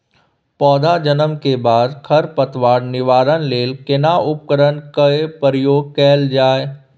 पौधा जन्म के बाद खर पतवार निवारण लेल केना उपकरण कय प्रयोग कैल जाय?